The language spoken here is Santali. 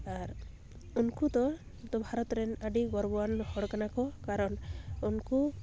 ᱟᱨ ᱩᱱᱠᱩ ᱫᱚ ᱟᱵᱚ ᱵᱷᱟᱨᱚᱛ ᱨᱮᱱ ᱟᱹᱰᱤ ᱜᱚᱨᱵᱚᱣᱟᱱ ᱦᱚᱲ ᱠᱟᱱᱟᱠᱚ ᱠᱟᱨᱚᱱ ᱩᱱᱠᱩ